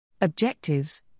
Objectives